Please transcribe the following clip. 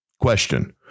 question